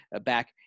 back